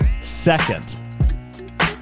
Second